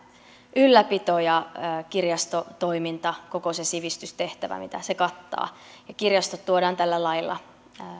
ylläpito ja kirjastotoiminta koko se sivistystehtävä mitä se kattaa ja kirjastot tuodaan tällä lailla